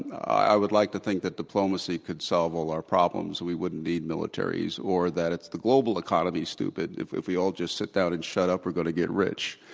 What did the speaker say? i would like to think that diplomacy could solve all our problems, we wouldn't need militaries. or that the global economy's stupid, if if we all just sit down and shut up, we're going to get rich.